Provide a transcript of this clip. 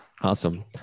awesome